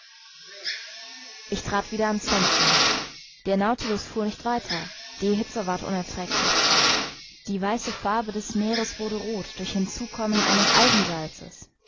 ich trat wieder an's fenster der nautilus fuhr nicht weiter die hitze ward unerträglich die weiße farbe des meeres wurde roth durch hinzukommen eines eisensalzes